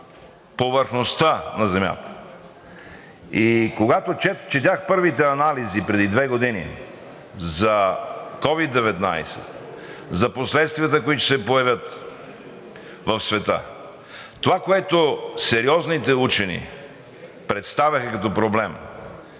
повърхността на Земята. Когато четях първите анализи преди две години за COVID-19, за последствията, които ще се появят в света, това, което сериозните учени представяха като проблем,